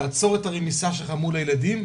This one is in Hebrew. תעצור את הרמיסה שלך מול הילדים,